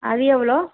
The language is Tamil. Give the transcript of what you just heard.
அது எவ்வளோ